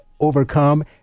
Overcome